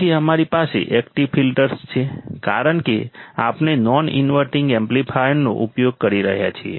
પછી અમારી પાસે એકટીવ ફિલ્ટર્સ છે કારણ કે આપણે નોન ઇન્વર્ટિંગ એમ્પ્લીફાયરનો ઉપયોગ કરી રહ્યા છીએ